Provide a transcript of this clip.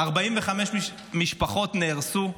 45 משפחות נהרסו.